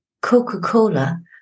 Coca-Cola